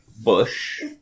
bush